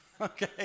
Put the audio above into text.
Okay